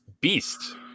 Beast